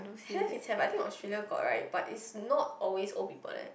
have is have I think Australia got right but it's not always old people there